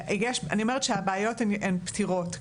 אני אומרת שהבעיות הן פתירות.